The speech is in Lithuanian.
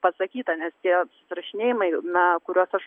pasakyta nes tie susirašinėjimai na kuriuos aš